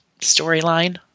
storyline